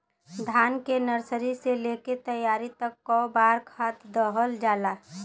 धान के नर्सरी से लेके तैयारी तक कौ बार खाद दहल जाला?